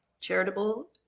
charitable